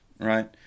right